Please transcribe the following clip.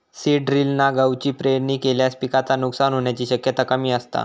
seed ड्रिलना गवाची पेरणी केल्यास पिकाचा नुकसान होण्याची शक्यता कमी असता